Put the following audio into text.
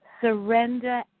Surrender